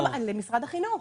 למשרד החינוך.